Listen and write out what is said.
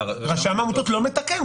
רשם העמותות לא מתקן.